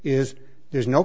is there's no